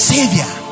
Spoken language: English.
Savior